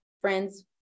friends